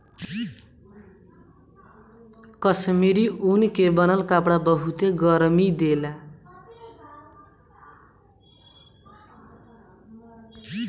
कश्मीरी ऊन के बनल कपड़ा बहुते गरमि देला